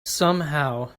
somehow